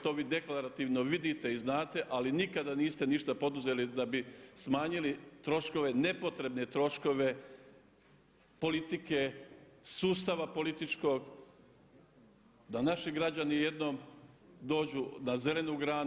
To vi deklarativno vidite i znate ali nikada niste ništa poduzeli da bi smanjili troškove, nepotrebne troškove politike, sustava političkog da naši građani jednom dođu na zelenu granu.